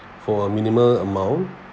for a minimal amount